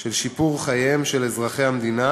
של שיפור חייהם של אזרחי המדינה,